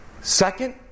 Second